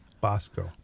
Bosco